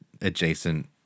adjacent